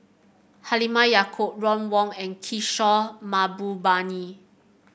Halimah Yacob Ron Wong and Kishore Mahbubani